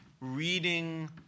reading